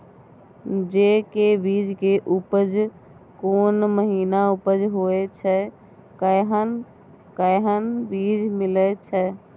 जेय के बीज के उपज कोन महीना उपज होय छै कैहन कैहन बीज मिलय छै?